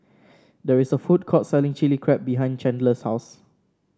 there is a food court selling Chilli Crab behind Chandler's house